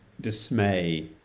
dismay